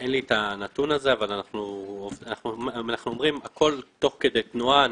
אין לי את הנתון הזה אבל אנחנו אומרים שהכול תוך כדי תנועה.